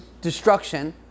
destruction